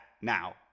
now